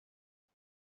ele